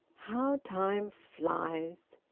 how time flies!